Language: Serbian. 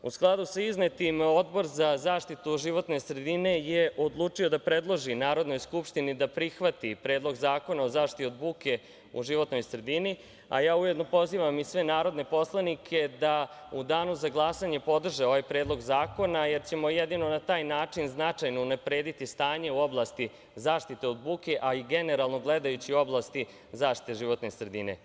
U skladu sa iznetim, Odbor za zaštitu životne sredine je odlučio da predloži Narodnoj skupštini da prihvati Predlog zakona o zaštiti od buke u životnoj sredini, a ja ujedno pozivam i sve narodne poslanike da u danu za glasanje podrže ovaj predlog zakona, jer ćemo jedino na taj način značajno unaprediti stanje u oblasti zaštite od buke, a i generalno gledajući u oblasti zaštite životne sredine.